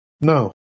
No